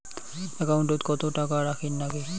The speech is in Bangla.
একাউন্টত কত টাকা রাখীর নাগে?